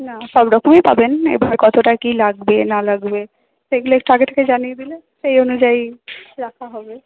না সবরকমই পাবেন এবার কতটা কি লাগবে না লাগবে সেগুলো একটু আগে থেকে জানিয়ে দিলে সেই অনুযায়ী রাখা হবে